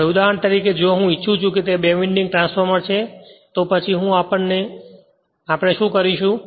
હવે ઉદાહરણ તરીકે જો હું ઇચ્છું છું કે તે બે વિન્ડિંગ ટ્રાન્સફોર્મર છે તો પછી હું અને આપણે શું કરીશું